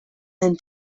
den